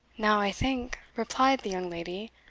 now, i think, replied the young lady,